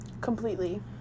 Completely